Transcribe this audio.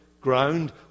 ground